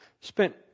spent